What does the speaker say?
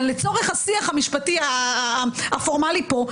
אבל לצורך השיח המשפטי הפורמלי פה,